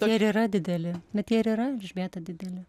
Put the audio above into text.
jie ir yra dideli bet jie ir yra elžbieta dideli